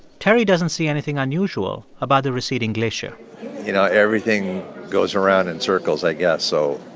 terry doesn't see anything unusual about the receding glacier you know, everything goes around in circles i guess. so,